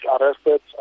arrested